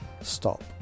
stop